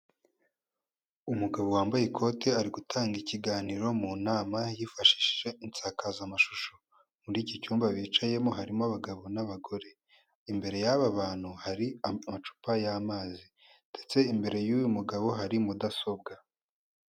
Umugabo wambaye ikote ari gutanga ikiganiro mu nama yifashishije insakazamashusho. Muri iki cyumba bicayemo, harimo abagabo n'abagore. Imbere y'aba bantu, hari amacupa y'amazi. Ndetse imbere y'uyu mugabo, hari mudasobwa.